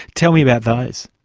tell me about those.